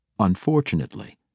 Unfortunately